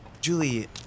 Julie